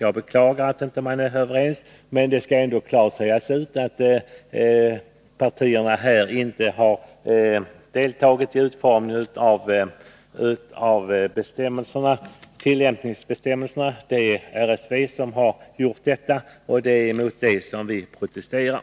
Jag beklagar att vi inte är det, men det skall ändå klart sägas ut att partierna inte har deltagit vid utformningen av tillämpningsbestämmelserna. RSV har utformat dem, och det är mot detta vi protesterar.